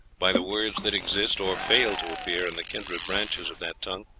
by the words that exist or fail to appear in the kindred branches of that tongue,